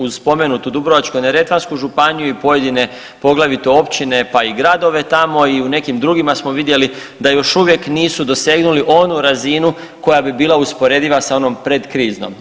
Uz spomenutu Dubrovačko-neretvansku županiju i pojedine poglavito općine pa i gradove tamo i u nekim drugima smo vidjeli da još uvijek nisu dosegnuli onu razinu koja bi bila usporediva sa onom predkriznom.